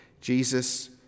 Jesus